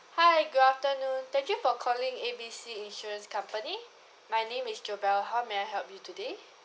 hi good afternoon thank you for calling A B C insurance company my name is jobell how may I help you today